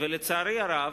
ולצערי הרב,